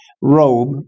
robe